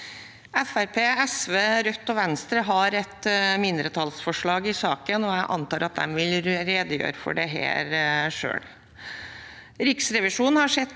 SV, Rødt og Venstre har et mindretallsforslag i saken, og jeg antar at de vil redegjøre for dette selv. Riksrevisjonen har sett